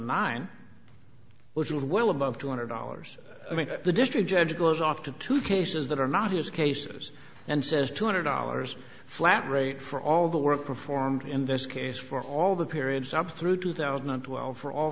nine which was well above two hundred dollars i mean the district judge goes off to two cases that are not his cases and says two hundred dollars flat rate for all the work performed in this case for all the period some through two thousand and twelve for all